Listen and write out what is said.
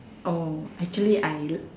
oh actually I like